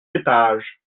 étage